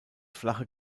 flache